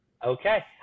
Okay